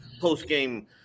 post-game